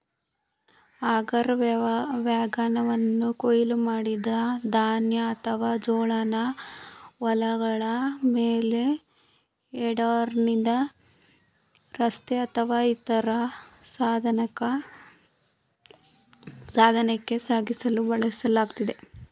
auger ವ್ಯಾಗನನ್ನು ಕೊಯ್ಲು ಮಾಡಿದ ಧಾನ್ಯ ಅಥವಾ ಜೋಳನ ಹೊಲಗಳ ಮೇಲೆ ಹೆಡರ್ನಿಂದ ರಸ್ತೆ ಅಥವಾ ಇತರ ಸಾಧನಕ್ಕೆ ಸಾಗಿಸಲು ಬಳಸಲಾಗ್ತದೆ